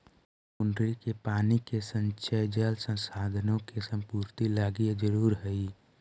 बुन्नी के पानी के संचय जल संसाधनों के संपूर्ति लागी जरूरी हई